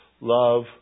love